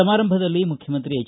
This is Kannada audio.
ಸಮಾರಂಭದಲ್ಲಿ ಮುಖ್ಯಮಂತ್ರಿ ಎಚ್